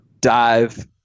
dive –